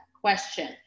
question